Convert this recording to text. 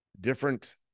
different